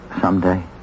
someday